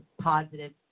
positive